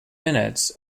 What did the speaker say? minutes